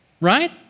right